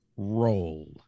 roll